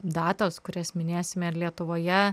datos kurias minėsime ir lietuvoje